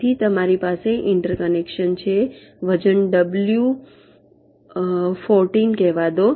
તેથી તમારી પાસે ઇન્ટર કનેક્શન્સ છે વજન ડબલ્યુ 14 કહેવા દો